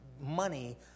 money